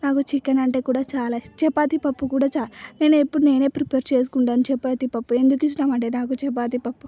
నాకు చికెన్ అంటే కూడా చాలా ఇష్టం చపాతీ పప్పు కూడా చా నేను ఎప్పుడూ నేనే ప్రిపేర్ చేసుకుంటాను చపాతీ పప్పు ఎందుకు ఇష్టం అంటే నాకు చపాతీ పప్పు